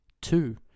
Two